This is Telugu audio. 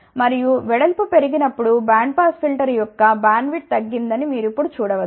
మరియు వెడల్పు పెరిగి నప్పుడు బ్యాండ్ పాస్ ఫిల్టర్ యొక్క బ్యాండ్విడ్త్ తగ్గిందని మీరు ఇప్పుడు చూడ వచ్చు